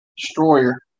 Destroyer